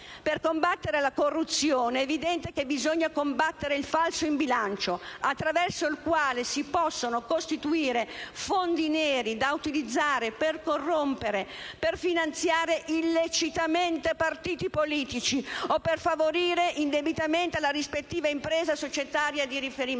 Per combattere la corruzione è evidente che bisogna combattere il falso in bilancio, attraverso il quale si possono costituire fondi neri da utilizzare per corrompere, per finanziare illecitamente partiti politici o per favorire indebitamente la rispettiva impresa societaria di riferimento.